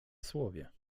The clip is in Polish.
słowie